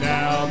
Now